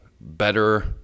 better